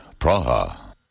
Praha